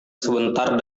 sebentar